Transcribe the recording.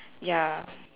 ya